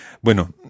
Bueno